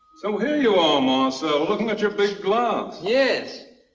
so here you are, marcel, looking at your big glass. yes,